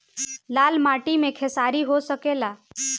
लाल माटी मे खेसारी हो सकेला?